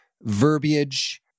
verbiage